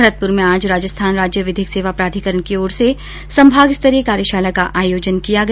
भरतपुर में आज राजस्थान राज्य विधिक सेवा प्राधिकरण की ओर से संभागस्तरीय कार्यशाला का आयोजन किया गया